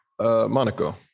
Monaco